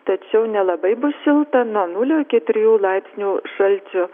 tačiau nelabai bus šilta nuo nulio iki trijų laipsnių šalčio